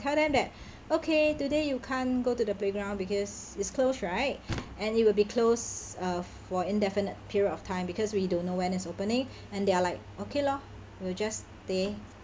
tell them that okay today you can't go to the playground because it's closed right and it will be closed uh for indefinite period of time because we don't know when it's opening and they are like okay lor we'll just stay